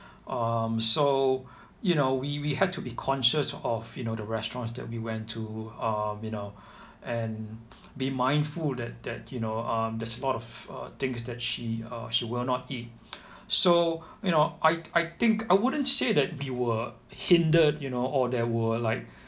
um so you know we we had to be conscious of you know the restaurants that we went to um you know and be mindful that that you know um there's a lot of uh things that she uh she will not eat so you know I I think I wouldn't say that we were hindered you know or there were like